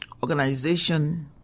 Organization